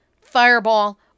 fireball